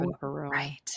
right